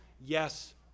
yes